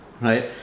right